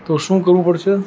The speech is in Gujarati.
તો શું કરવું પડશે